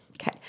Okay